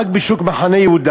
רק בשוק מחנה-יהודה,